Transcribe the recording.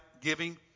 giving